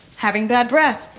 having bad breath,